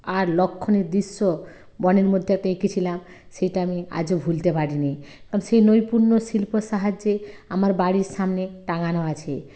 আর লক্ষ্মণের দৃশ্য বনের মধ্যে একটা এঁকেছিলাম সেইটা আমি আজও ভুলতে পারিনি কারণ সেই নৈপুণ্য শিল্পর সাহায্যে আমার বাড়ির সামনে টাঙানো আছে